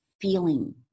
feeling